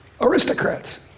aristocrats